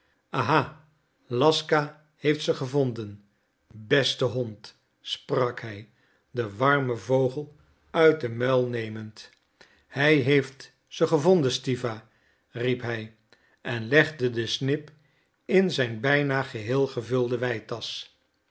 aha laska heeft ze gevonden beste hond sprak hij den warmen vogel uit den muil nemend hij heeft ze gevonden stiwa riep hij en legde de snip in zijn bijna geheel gevulde weitasch